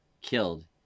killed